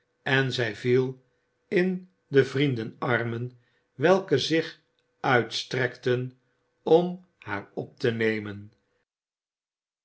en zij viel in de vriendenarmen welke zich uitstrekten om haar op te nemen